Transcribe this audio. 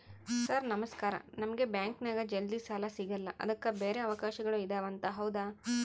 Sir ನಮಸ್ಕಾರ ನಮಗೆ ಬ್ಯಾಂಕಿನ್ಯಾಗ ಜಲ್ದಿ ಸಾಲ ಸಿಗಲ್ಲ ಅದಕ್ಕ ಬ್ಯಾರೆ ಅವಕಾಶಗಳು ಇದವಂತ ಹೌದಾ?